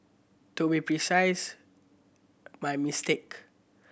to be precise my mistake